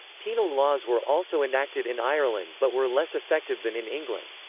penal laws were also enacted in ireland but were less effective than in england.